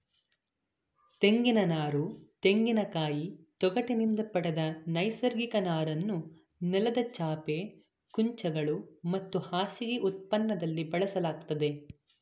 ತೆಂಗಿನನಾರು ತೆಂಗಿನಕಾಯಿ ತೊಗಟಿನಿಂದ ಪಡೆದ ನೈಸರ್ಗಿಕ ನಾರನ್ನು ನೆಲದ ಚಾಪೆ ಕುಂಚಗಳು ಮತ್ತು ಹಾಸಿಗೆ ಉತ್ಪನ್ನದಲ್ಲಿ ಬಳಸಲಾಗ್ತದೆ